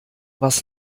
was